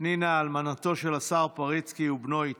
פנינה, אלמנתו של השר פריצקי, ובנו איתי,